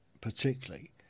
particularly